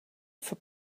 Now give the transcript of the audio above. for